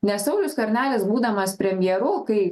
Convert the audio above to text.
nes saulius skvernelis būdamas premjeru kai